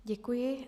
Děkuji.